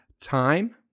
time